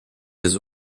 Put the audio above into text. des